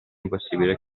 impossibile